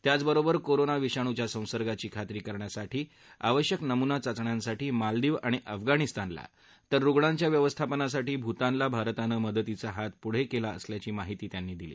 त्याचबरोबर कोरोना विषाणूव्या संसर्गाची खात्री करण्यासाठी आवश्यक नमुना चाचण्यांसाठी मालदीव आणि अफगाणिस्तानला तर रुणांच्या व्यवस्थापनासाठी भुतानला भारतानं मदतीचा हात पुढे केला असल्याची माहिती त्यांनी दिली